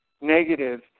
negative